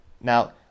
Now